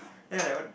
then I like what